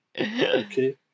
okay